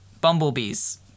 bumblebees